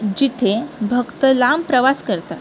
जिथे भक्त लांब प्रवास करतात